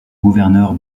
gouverneur